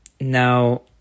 Now